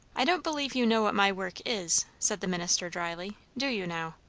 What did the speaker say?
i don't believe you know what my work is, said the minister dryly. do you, now?